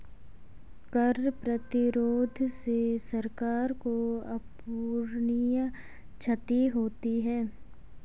कर प्रतिरोध से सरकार को अपूरणीय क्षति होती है